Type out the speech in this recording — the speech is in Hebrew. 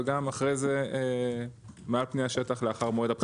וגם אחרי זה מעל פני השטח לאחר מועד הבחירות.